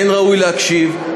כן ראוי להקשיב,